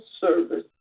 service